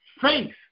faith